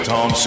Tom